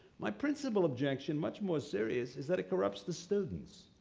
my principle objection, much more serious, is that it corrupts the students.